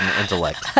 intellect